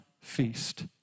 feast